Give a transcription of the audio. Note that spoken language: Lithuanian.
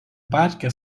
parke